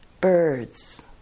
birds